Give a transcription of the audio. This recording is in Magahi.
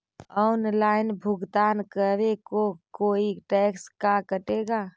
ऑनलाइन भुगतान करे को कोई टैक्स का कटेगा?